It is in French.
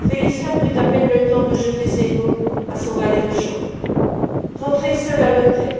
félicien prit à peine le temps de jeter ces mots à son valet de chambre rentrez seul à l'hôtel